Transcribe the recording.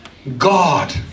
God